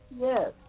Yes